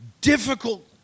difficult